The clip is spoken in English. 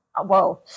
Whoa